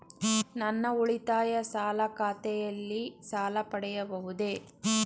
ನನ್ನ ಉಳಿತಾಯ ಖಾತೆಯಲ್ಲಿ ಸಾಲ ಪಡೆಯಬಹುದೇ?